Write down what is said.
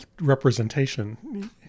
representation